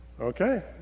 Okay